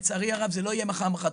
לצערי הרב זה לא יהיה מחר-מוחרתיים.